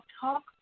Talk